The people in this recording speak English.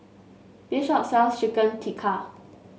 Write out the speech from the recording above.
this shop sells Chicken Tikka